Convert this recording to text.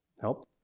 Help